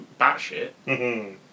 batshit